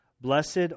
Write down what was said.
Blessed